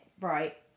Right